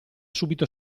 subito